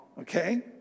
okay